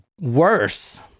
worse